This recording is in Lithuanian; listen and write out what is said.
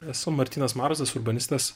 esu martynas marozas urbanistas